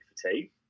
fatigue